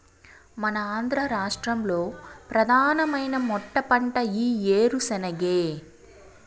మన ఆంధ్ర రాష్ట్రంలో ప్రధానమైన మెట్టపంట ఈ ఏరుశెనగే